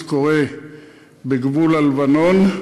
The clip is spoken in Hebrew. קורה בגבול לבנון.